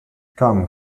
come